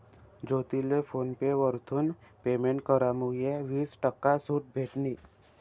ज्योतीले phone पे वरथून payment करामुये वीस टक्का सूट भेटनी